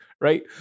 right